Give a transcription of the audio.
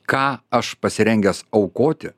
ką aš pasirengęs aukoti